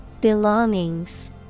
Belongings